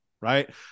Right